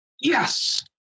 yes